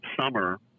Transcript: summer